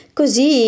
così